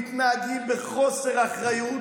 מתנהגים בחוסר אחריות,